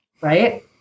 right